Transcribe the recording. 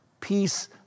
Peace